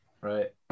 Right